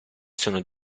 sono